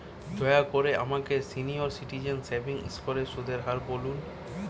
দয়া করে আমাকে সিনিয়র সিটিজেন সেভিংস স্কিমের সুদের হার বলুন